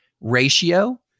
ratio